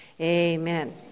amen